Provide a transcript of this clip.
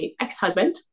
ex-husband